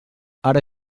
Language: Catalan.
ara